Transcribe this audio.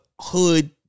hood